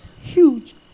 Huge